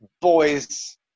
boys